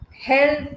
health